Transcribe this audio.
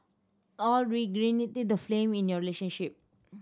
alway reignite the flame in your relationship